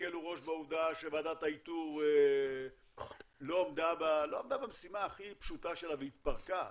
הקלו ראש בעובדה שוועדת האיתור לא עמדה במשימה הכי פשוטה שלה והתפרקה.